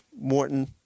Morton